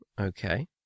okay